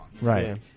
Right